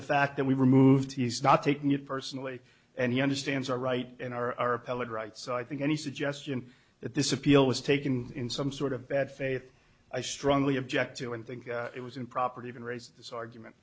the fact that we removed he's not taking it personally and he understands our right in our peleg right so i think any suggestion that this appeal was taken in some sort of bad faith i strongly object to and think it was improper to even raise this argument